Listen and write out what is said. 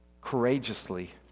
courageously